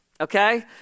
okay